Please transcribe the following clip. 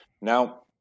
Now